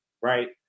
right